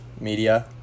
media